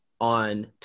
on